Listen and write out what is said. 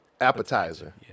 Appetizer